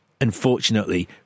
Unfortunately